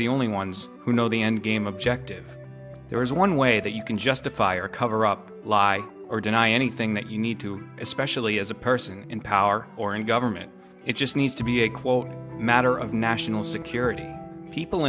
the only ones who know the endgame objective there is one way that you can justify or cover up lie or deny anything that you need to especially as a person in power or in government it just needs to be a quote matter of national security people